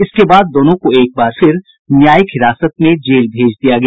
इसके बाद दोनों को एकबार फिर न्यायिक हिरासत में जेल भेज दिया गया